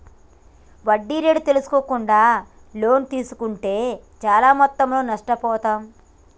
వడ్డీ రేట్లు తెల్సుకోకుండా లోన్లు తీస్కుంటే చానా మొత్తంలో నష్టపోతాం